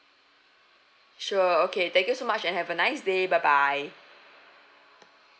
sure okay thank you so much and have a nice day bye bye